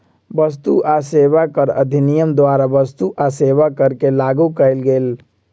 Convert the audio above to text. वस्तु आ सेवा कर अधिनियम द्वारा वस्तु आ सेवा कर के लागू कएल गेल